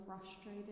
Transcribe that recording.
frustrated